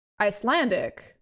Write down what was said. Icelandic